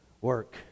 work